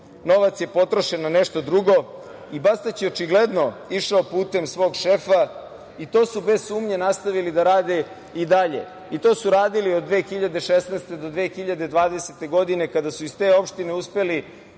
Novac je potrošen na nešto drugo i Bastać je očigledno išao putem svog šefa. To su, bez sumnje, nastavili da rade i dalje. To su radili od 2016. do 2020. godine, kada su iz te opštine uspeli